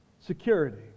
Security